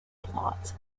plots